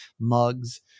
mugs